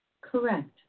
Correct